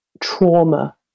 trauma